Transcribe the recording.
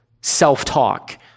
self-talk